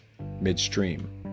midstream